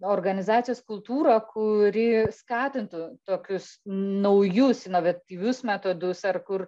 organizacijos kultūrą kuri skatintų tokius naujus inovatyvius metodus ar kur